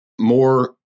more